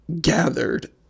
gathered